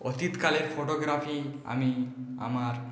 অতীতকালের photography আমি আমার